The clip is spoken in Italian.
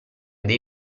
dei